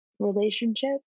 relationship